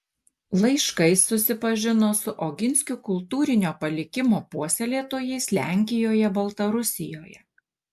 laiškais susipažino su oginskių kultūrinio palikimo puoselėtojais lenkijoje baltarusijoje